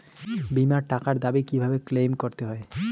বিমার টাকার দাবি কিভাবে ক্লেইম করতে হয়?